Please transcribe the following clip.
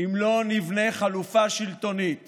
אם לא נבנה חלופה שלטונית